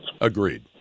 Agreed